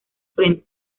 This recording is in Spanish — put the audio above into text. frente